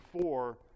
four